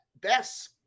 best